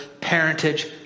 parentage